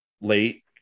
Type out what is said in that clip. late